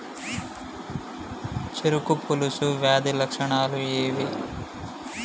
చెరుకు పొలుసు వ్యాధి లక్షణాలు ఏవి?